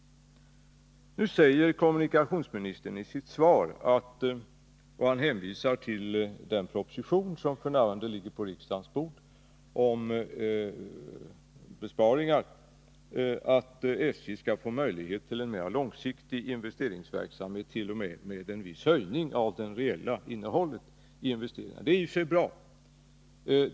Nu säger kommunikationsministern i sitt svar — och han hänvisar till den proposition som f. n. ligger på riksdagens bord om besparingar — att SJ skall få möjlighet till en mera långsiktig investeringsverksamhet, t.o.m. en viss höjning av det reella innehållet i investeringarna. Det är i och för sig bra.